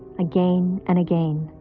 again and again.